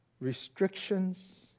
restrictions